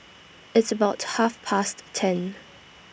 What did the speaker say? its about Half Past ten